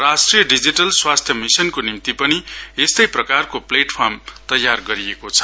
राष्ट्रिय डिजिटल स्वास्थ्य मिशनको निम्ति पनि यस्तै प्रकारको प्लेटफार्म तयार गरिएको छ